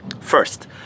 First